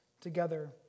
together